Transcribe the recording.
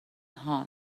هان